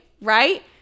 right